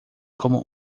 como